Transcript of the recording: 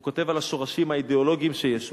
והוא כותב על השורשים האידיאולוגיים שיש.